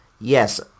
yes